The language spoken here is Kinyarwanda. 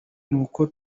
nuko